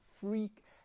freak